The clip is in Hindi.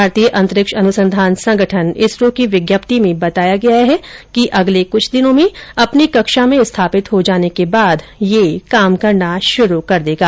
भारतीय अंतरिक्ष अनुसंधान संगठन इसरो की विज्ञप्ति में बताया गया है कि अगले कुछ दिनों में अपनी कक्षा में स्थापित हो जाने के बाद यह काम करना शुरु कर देगा